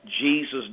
Jesus